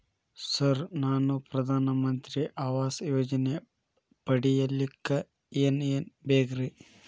Sir ನಾನು ಪ್ರಧಾನ ಮಂತ್ರಿ ಆವಾಸ್ ಯೋಜನೆ ಪಡಿಯಲ್ಲಿಕ್ಕ್ ಏನ್ ಏನ್ ಬೇಕ್ರಿ?